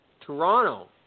Toronto